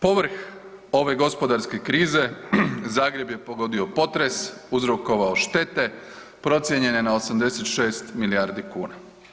Povrh ove gospodarske krize Zagreb je pogodio potres, uzrokovao štete procijenjene na 86 milijardi kuna.